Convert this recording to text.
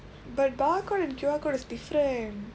but bar code and Q_R code is different